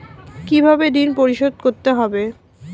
কিভাবে ঋণ পরিশোধ করতে হবে?